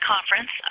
Conference